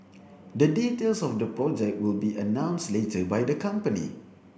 the details of the project will be announced later by the company